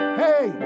hey